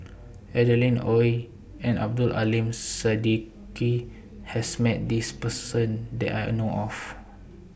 Adeline Ooi and Abdul Aleem Siddique has Met This Person that I know of